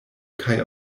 kaj